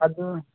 ಅದು